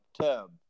tub